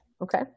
Okay